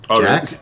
Jack